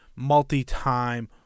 multi-time